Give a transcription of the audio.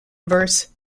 verse